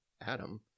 Adam